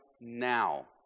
now